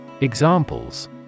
Examples